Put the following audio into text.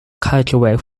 calculate